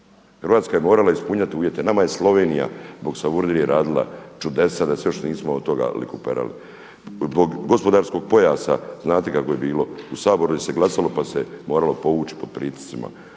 Hrvatska je morala ispuniti uvjete, nama je Slovenija zbog Savudrije radila čudesa da se još nismo od toga likuperali. Zbog gospodarskog pojasa znate kako je bilo u Saboru se glasalo pa se moralo povući pod pritiscima